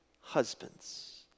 husbands